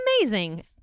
amazing